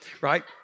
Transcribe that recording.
right